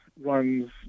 runs